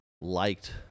liked